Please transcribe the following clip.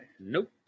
Nope